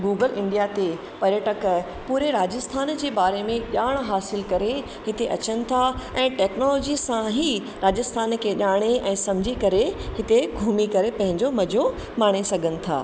Google India ते पर्यटक पूरे राजस्थान जे बारे में ॼाणु हासिल करे हिते अचनि था ऐं टेक्नोलॉजी सां ई राजस्थान खे ॼाणे ऐं सम्झी करे हिते घुमी करे पंहिंजो मज़ो माणे सघनि था